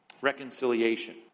Reconciliation